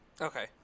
Okay